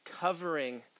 covering